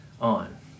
on